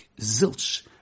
zilch